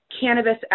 cannabis